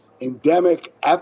endemic